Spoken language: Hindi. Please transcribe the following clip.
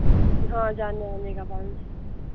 हाँ जाने आने का पाँच सौ